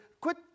Quit